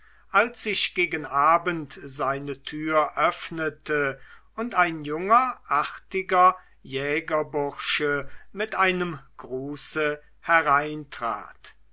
als sich gegen abend seine tür öffnete und ein junger artiger jägerbursche mit einem gruße hereintrat